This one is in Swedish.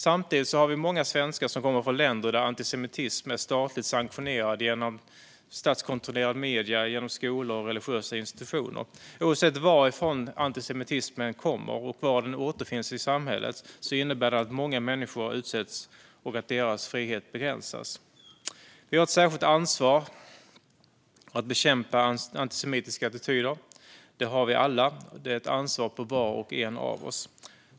Samtidigt har vi många svenskar som kommer från länder där antisemitism är statligt sanktionerad genom statskontrollerade medier, skolor och religiösa institutioner. Oavsett varifrån antisemitismen kommer och var den återfinns i samhället innebär den att många människor utsätts och att deras frihet begränsas. Vi har ett särskilt ansvar att bekämpa antisemitiska attityder. Det har vi alla; det är ett ansvar som ligger på var och en av oss.